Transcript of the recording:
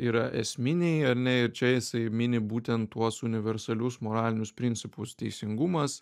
yra esminiai ar ne ir čia jisai mini būtent tuos universalius moralinius principus teisingumas